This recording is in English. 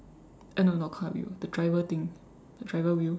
uh no no not car wheel the driver thing the driver wheel